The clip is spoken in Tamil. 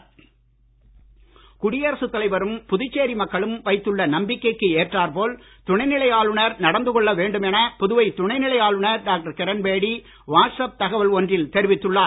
கிரண்பேடி குடியரசு தலைவரும் புதுச்சேரி மக்களும் வைத்துள்ள நம்பிக்கைக்கு ஏற்றார் போல துணை நிலை ஆளுநர் நடந்து கொள்ள வேண்டும் என புதுவை துணை நிலை ஆளுநர் டாக்டர் கிரண்பேடி வாட்ஸ் அப் தகவல் ஒன்றில் தெரிவித்துள்ளார்